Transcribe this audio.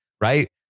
right